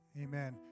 amen